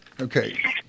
Okay